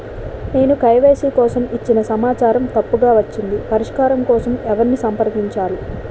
నేను కే.వై.సీ కోసం ఇచ్చిన సమాచారం తప్పుగా వచ్చింది పరిష్కారం కోసం ఎవరిని సంప్రదించాలి?